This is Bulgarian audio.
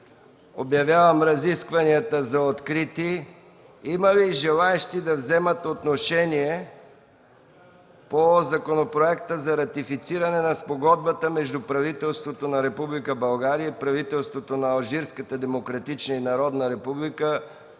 Обявявам разискванията за открити. Има ли желаещи да вземат отношение по Законопроекта за ратифициране на Спогодбата между правителството на Република България и правителството на Алжирската демократична и народна република